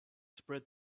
spread